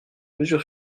mesure